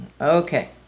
okay